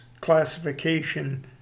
classification